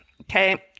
okay